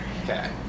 Okay